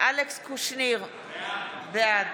אלכס קושניר, בעד